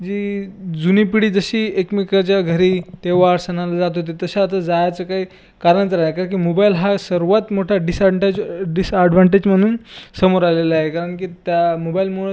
जी जुनी पिढी जशी एकमेकाच्या घरी त्योहार सणाला जात होती तसे आता जायचं काही कारणच राही कारण की मोबाईल हा सर्वात मोठा डिसअँडज डिसॲडव्हान्टेज म्हणून समोर आलेला आहे कारण की त्या मोबाईलमुळं